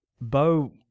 Bo